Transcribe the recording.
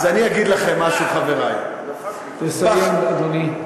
אז אני אגיד לכם משהו, חברי, תסיים, אדוני.